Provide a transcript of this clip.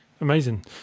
Amazing